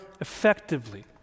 effectively